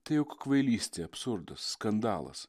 tai juk kvailystė absurdas skandalas